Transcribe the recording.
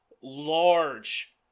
large